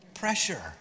Pressure